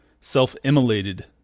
self-immolated